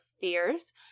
fears